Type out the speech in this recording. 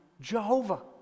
Jehovah